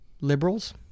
liberals